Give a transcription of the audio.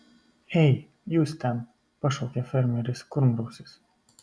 ei jūs ten pašaukė fermeris kurmrausis